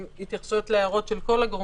עם ההתייחסויות להערות של כל הגורמים.